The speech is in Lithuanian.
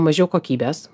mažiau kokybės